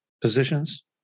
positions